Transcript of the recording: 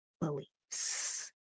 beliefs